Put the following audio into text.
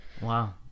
Wow